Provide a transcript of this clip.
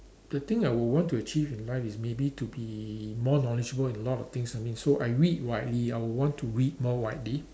the thing I would want to achieve in life is maybe to be more knowledgeable in a lot of things I mean so I read widely I would want to read more widely